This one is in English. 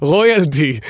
Royalty